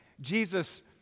Jesus